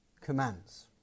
commands